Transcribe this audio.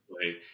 play